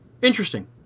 Interesting